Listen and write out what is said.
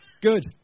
Good